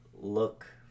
look